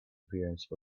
appearance